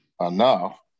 enough